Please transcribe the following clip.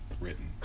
written